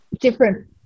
different